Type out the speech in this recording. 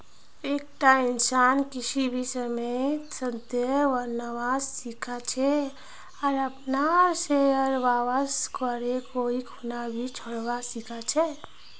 एकता इंसान किसी भी समयेत सदस्य बनवा सीखा छे आर अपनार शेयरक वापस करे कोई खूना भी छोरवा सीखा छै